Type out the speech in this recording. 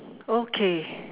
okay